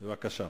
בבקשה.